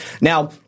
Now